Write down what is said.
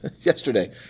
yesterday